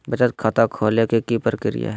बचत खाता खोले के कि प्रक्रिया है?